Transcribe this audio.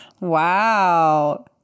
Wow